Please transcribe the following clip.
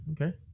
Okay